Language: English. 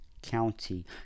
county